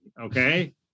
okay